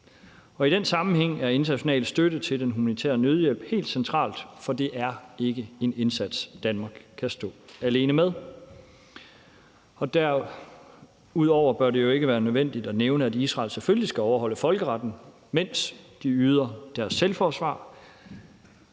I den sammenhæng er international støtte til den humanitære nødhjælp helt central, for det er ikke en indsats, Danmark kan stå alene med. Derudover bør det jo ikke være nødvendigt at nævne, at Israel selvfølgelig skal overholde folkeretten, mens de udøver selvforsvar.